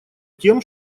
тем